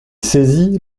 saisi